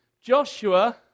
Joshua